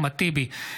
אחמד טיבי,